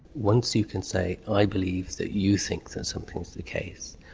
once you can say i believe that you think that something is the case,